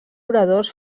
oradors